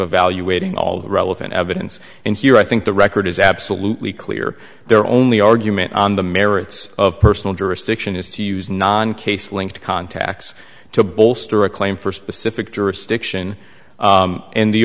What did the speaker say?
evaluating all the relevant evidence and here i think the record is absolutely clear they're only argument on the merits of personal jurisdiction is to use non case linked contacts to bolster a claim for specific jurisdiction and the